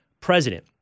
president